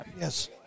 Yes